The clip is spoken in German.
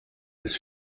des